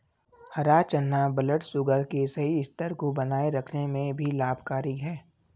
हरा चना ब्लडशुगर के सही स्तर को बनाए रखने में भी लाभकारी है